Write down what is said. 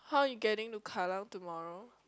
how you getting to Kallang tomorrow